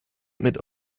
mit